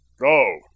Go